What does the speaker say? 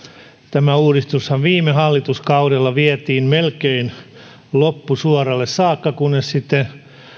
tämä uudistushan viime hallituskaudella vietiin melkein loppusuoralle saakka kunnes sitten